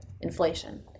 inflation